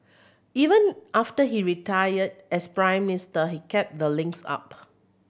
even after he retired as Prime Minister he kept the links up